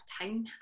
time